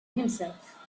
himself